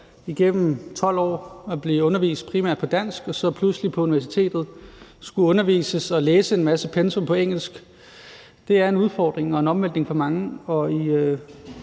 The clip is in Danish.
det her med at blive undervist på primært dansk igennem 12 år og så pludselig på universitetet at skulle undervises og læse et stort pensum på engelsk. Det er en udfordring og en omvæltning for mange,